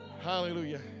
Hallelujah